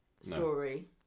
story